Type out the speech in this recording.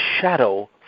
shadow